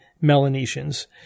Melanesians